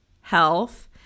health